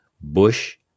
Bush